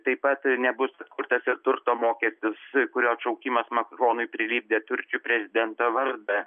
taip pat nebus atkurtas ir turto mokestis kurio atšaukimas makronui prilipdė turčių prezidento vardą